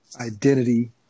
identity